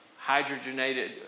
hydrogenated